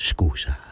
Scusa